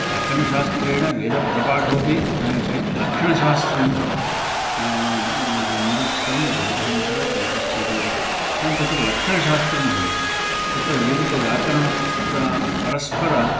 व्याकरणशास्त्रेण वेदपदपाठोपि ज्ञायते लक्षणशास्त्रं निरुक्तं ज्योतिषं तदा कल्पश्चेत् एवं तत्र लक्षणशास्त्रं भवेत् तत्र वेदिकव्याकरणं तत्र परस्परं